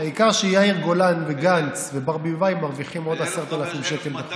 העיקר שיאיר גולן וגנץ וברביבאי מרוויחים עוד 10,000 שקל בחודש.